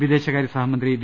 വിദേശകാരൃ സഹമന്ത്രി വി